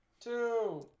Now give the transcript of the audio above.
Two